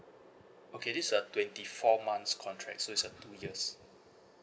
okay this a twenty four months contract so it's uh two years